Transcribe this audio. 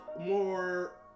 more